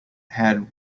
had